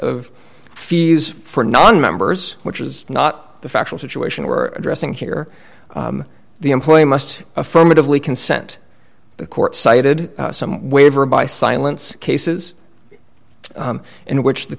of fees for nonmembers which is not the factual situation we're addressing here the employer must affirmatively consent the court cited some waiver by silence cases in which the